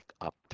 up